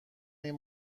این